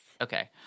Okay